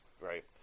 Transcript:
Right